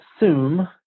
assume